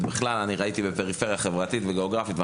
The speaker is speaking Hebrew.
אלא בכלל בפריפריה חברתית וגיאוגרפית.